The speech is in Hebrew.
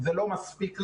זה לא מספיק לנו.